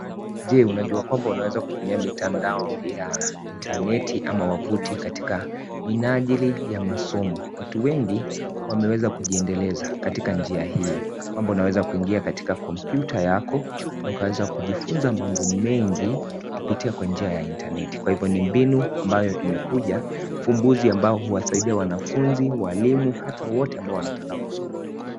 Je, unajua kwamba unaweza kutumia mitandao ya intaneti ama wavuti katika minajili ya masomo , watu wengi wameweza kujiendeleza katika njia hii , kwamba unaweza kuingia katika kompyuta yako na ukaweza kujifunza mambo mengi kupitia kwa njia ya intaneti kwa hivo ni mbinu ambayo imekuja ufumbuzi ambao huwasaidia wanafunzi ,walimu hata wote ambao wanataka kusoma.